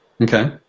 Okay